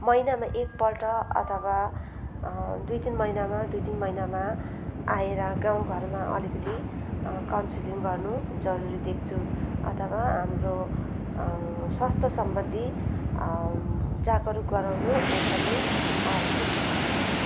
महिनामा एकपल्ट अथवा दुई तिन महिनामा दुई तिन महिनामा आएर गाउँघरमा अलिकति काउन्सिलिङ गर्नु जरुरी देख्छु अथवा हाम्रो स्वास्थ्यसम्बन्धी जागरुक गराउनु एकदमै आवश्यक देख्छु